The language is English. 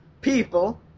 People